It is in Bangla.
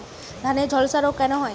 ধানে ঝলসা রোগ কেন হয়?